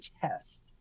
test